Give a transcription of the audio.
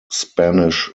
spanish